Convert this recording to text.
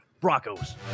Broncos